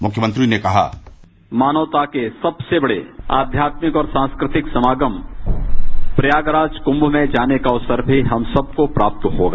मुख्यमंत्री ने कहा मानवता के सबसे बड़े अध्यात्मिक और सांस्कृतिक समागम प्रयागराज कृम्भ में जाने का अवसर भी हम सबको प्राप्त होगा